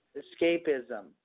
escapism